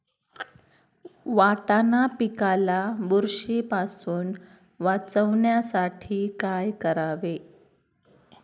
वाटाणा पिकाला बुरशीपासून वाचवण्यासाठी काय करावे?